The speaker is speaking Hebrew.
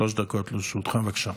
שלוש דקות לרשותך, בבקשה.